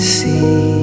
see